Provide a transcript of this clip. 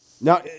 Now